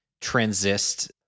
Transist